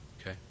okay